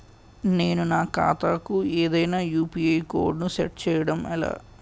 నేను నా ఖాతా కు ఏదైనా యు.పి.ఐ కోడ్ ను సెట్ చేయడం ఎలా?